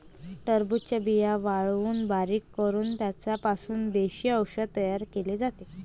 टरबूजाच्या बिया वाळवून बारीक करून त्यांचा पासून देशी औषध तयार केले जाते